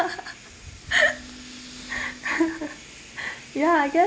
ya I guess